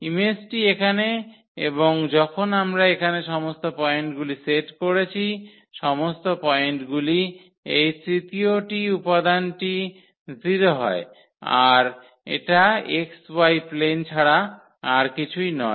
ইমেজটি এখানে এবং যখন আমরা এখানে সমস্ত পয়েন্টগুলি সেট করেছি সমস্ত পয়েন্টগুলির এই তৃতীয়টি উপাদানটি 0 হয় আর এটা xy প্লেন ছাড়া আর কিছুই নয়